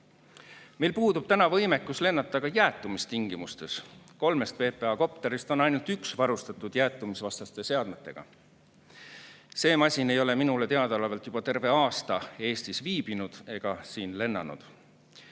Meil puudub täna võimekus lennata ka jäätumistingimustes. Kolmest PPA kopterist on ainult üks varustatud jäätumisvastaste seadmetega. See masin ei ole minule teadaolevalt juba terve aasta Eestis viibinud ega siin lennanud.